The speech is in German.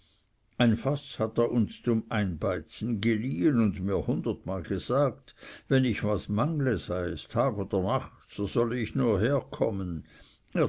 ein faß hat er uns zum einbeizen geliehen und mir hundertmal gesagt wenn ich was mangle sei es tag oder nacht so solle ich nur herkommen